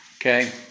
Okay